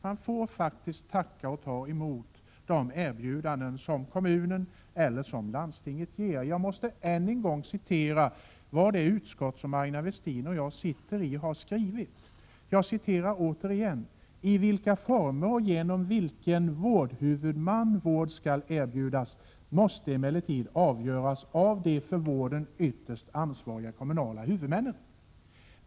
Man får faktiskt tacka och ta emot de erbjudanden som kommunen eller landstinget ger. Jag måste än en gång läsa upp vad det utskott som Aina Westin och jag sitter i har skrivit: I vilka former och genom vilken vårdhuvudman vård skall erbjudas måste emellertid avgöras av de för vården ytterst ansvariga kommunala huvudmännen.